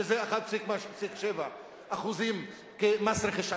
שזה 1.7% כמס רכישה.